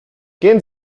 gehen